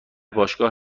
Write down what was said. باشگاه